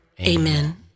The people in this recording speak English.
Amen